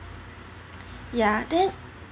ya then